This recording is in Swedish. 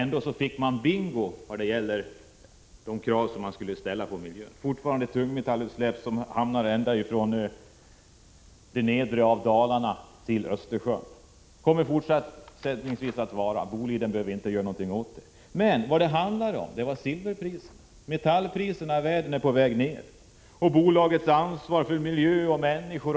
Ändå fick man ”bingo” när det gäller miljökraven: fortfarande handlar det om tungmetallutsläpp som går ända ifrån det nedre av Dalarna till Östersjön, och Boliden behöver inte göra någonting åt dem. Men vad det handlade om var silverpriset — metallpriserna i världen är på väg ner — inte om ansvaret för miljö och människor.